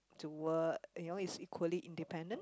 to work you know is equally independent